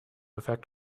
effect